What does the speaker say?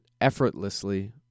effortlessly